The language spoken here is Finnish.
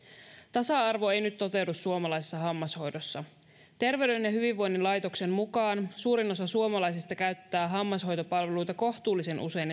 tasa arvo ei nyt toteudu suomalaisessa hammashoidossa terveyden ja hyvinvoinnin laitoksen mukaan suurin osa suomalaisista käyttää hammashoitopalveluita kohtuullisen usein